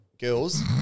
girls